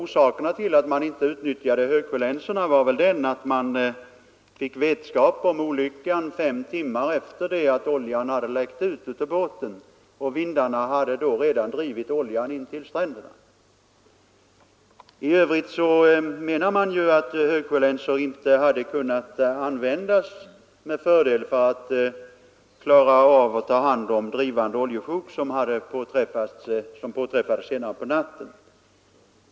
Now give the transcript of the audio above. Orsaken till att man inte utnyttjade högsjölänsorna var väl att man fick vetskap om olyckan fem timmar efter det att oljan hade läckt ut ur båten, och vindarna hade då redan drivit oljan till stränderna. I övrigt menar man att högsjölänsor inte med fördel hade kunnat användas för att ta hand om de drivande oljesjok som påträffades senare på natten.